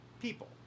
people